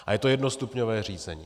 A je to jednostupňové řízení.